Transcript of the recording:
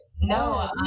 No